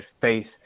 face